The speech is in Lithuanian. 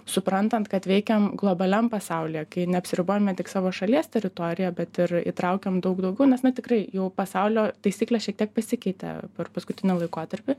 suprantant kad veikiam globaliam pasaulyje kai neapsiribojame tik savo šalies teritorija bet ir įtraukiam daug daugiau nes na tikrai jau pasaulio taisyklės šiek tiek pasikeitė per paskutinį laikotarpį